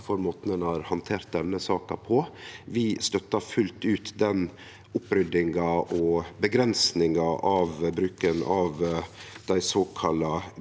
for måten ein har handtert denne saka på. Vi støttar fullt ut den oppryddinga og avgrensinga av bruken av dei såkalla